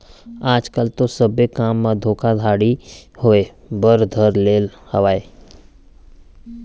आज कल तो सब्बे काम म धोखाघड़ी होय बर धर ले हावय